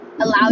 allow